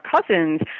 cousins